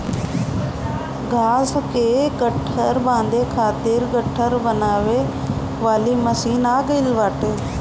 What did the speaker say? घाँस कअ गट्ठर बांधे खातिर गट्ठर बनावे वाली मशीन आ गइल बाटे